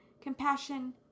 Compassion